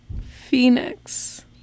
phoenix